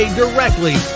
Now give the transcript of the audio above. directly